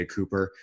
Cooper